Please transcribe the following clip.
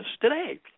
today